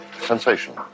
sensation